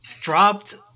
dropped